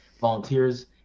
volunteers